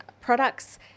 products